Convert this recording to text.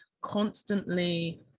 constantly